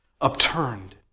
upturned